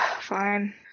Fine